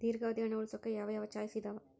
ದೇರ್ಘಾವಧಿ ಹಣ ಉಳಿಸೋಕೆ ಯಾವ ಯಾವ ಚಾಯ್ಸ್ ಇದಾವ?